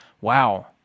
Wow